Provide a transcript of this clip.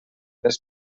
les